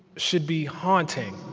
should be haunting.